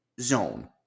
zone